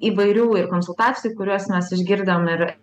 įvairių ir konsultacijų kuriuos mes išgirdom ir